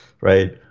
right